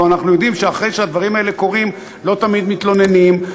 אבל אנחנו יודעים שאחרי שהדברים האלה קורים לא תמיד מתלוננים,